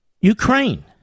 Ukraine